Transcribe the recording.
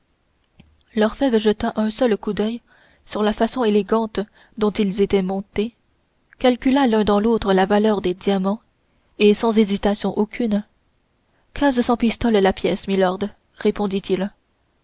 pièce l'orfèvre jeta un seul coup d'oeil sur la façon élégante dont ils étaient montés calcula l'un dans l'autre la valeur des diamants et sans hésitation aucune quinze cents pistoles la pièce milord répondit-il